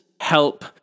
help